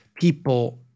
people